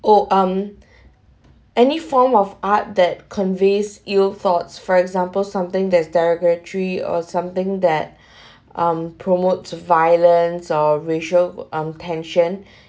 oh um any form of art that conveys ill thoughts for example something there's derogatory or something that um promote violence or ratio arm tension